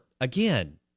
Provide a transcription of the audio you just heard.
again